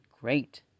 great